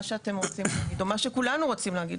שאתם רוצים להגיד או מה שכולנו רוצים להגיד,